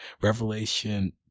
Revelation